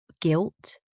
guilt